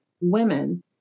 women